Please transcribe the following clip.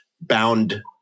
bound